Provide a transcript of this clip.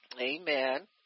Amen